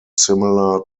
similar